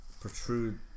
protrude